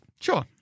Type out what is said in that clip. Sure